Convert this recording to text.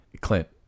Clint